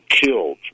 killed